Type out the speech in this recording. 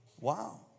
Wow